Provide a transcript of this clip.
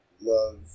love